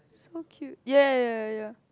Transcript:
so cute ya ya ya ya ya